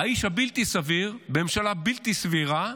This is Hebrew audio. האיש הבלתי-סביר בממשלה בלתי סבירה,